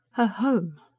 her home!